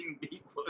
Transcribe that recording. people